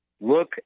look